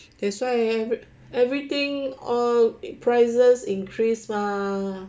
that's why everything all prices increase lah